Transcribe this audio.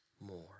more